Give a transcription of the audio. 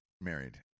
married